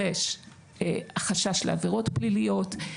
לא תקין/שחיתות/החשש לעבירות פליליות.